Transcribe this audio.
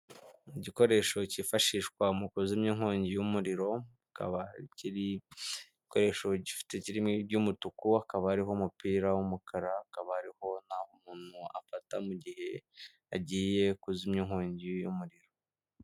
Igikoresho cyifashishwa mu kuzimya inkongi y'umuriro akaba ari igikoresho gi by'umutuku akaba ariho umupira w'umukara akaba hariho n'aho umuntu afata mu gihe agiye kuzimya inkongi y'umuriro.